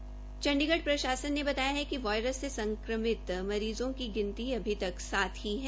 उधर चंडीगढ़ प्रशासन ने बताया कि वायरस से संक्रमित मरीज़ो की गिनती अभी तक सात ही है